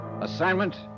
Assignment